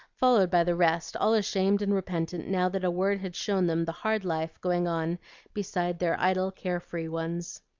followed by the rest, all ashamed and repentant now that a word had shown them the hard life going on beside their idle, care-free ones.